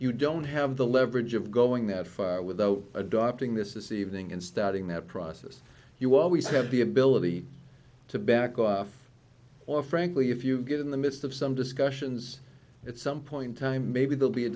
you don't have the leverage of going that far without adopting this evening and starting that process you always have the ability to back off or frankly if you get in the midst of some discussions at some point time maybe they'll be a